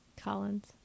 Collins